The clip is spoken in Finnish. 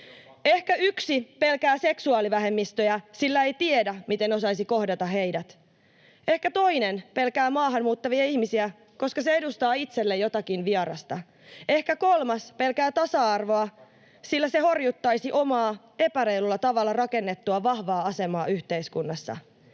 Ehkä yksi pelkää seksuaalivähemmistöjä, sillä ei tiedä, miten osaisi kohdata heidät. Ehkä toinen pelkää maahan muuttavia ihmisiä, koska se edustaa itselle jotakin vierasta. Ehkä kolmas pelkää tasa-arvoa, sillä se horjuttaisi omaa, epäreilulla tavalla rakennettua vahvaa asemaa yhteiskunnassa.